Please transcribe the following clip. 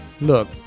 look